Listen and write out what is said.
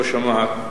שלא שמעת,